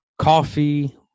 coffee